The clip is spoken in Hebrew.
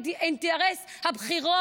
וראש עיריית נצרת במשך שנים ארוכות, שאמר: